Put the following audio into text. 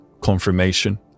confirmation